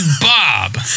Bob